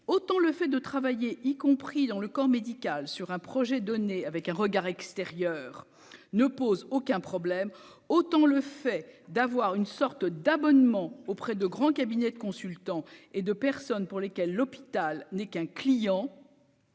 autant le fait de travailler, y compris dans le corps médical sur un projet donné avec un regard extérieur ne pose aucun problème, autant le fait d'avoir une sorte d'abonnement auprès de grands cabinets de consultants et de personnes pour lesquelles l'hôpital n'est qu'un client.